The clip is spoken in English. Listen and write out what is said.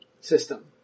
system